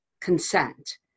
consent